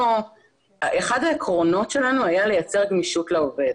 אחד העקרונות שלנו היה לייצר גמישות לעובד